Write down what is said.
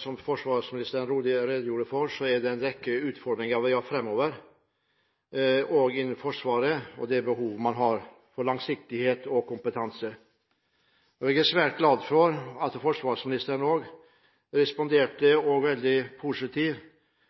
Som forsvarsministeren redegjorde for, har vi i Forsvaret en rekke utfordringer framover når det gjelder det behovet man har for langsiktighet og kompetanse. Jeg er svært glad for at forsvarsministeren responderte så positivt på de ulike feltene der vi har utfordringer, ikke minst familieproblematikken og kvinners deltakelse og